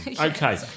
Okay